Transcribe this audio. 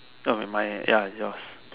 that will be mine eh ya yours